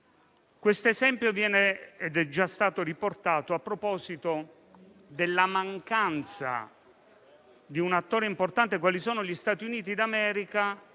tale esempio è già stato riportato a proposito della mancanza di un attore importante, come gli Stati Uniti d'America,